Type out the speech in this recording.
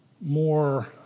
more